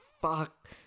fuck